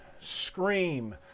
scream